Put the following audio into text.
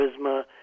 charisma